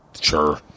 Sure